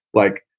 like,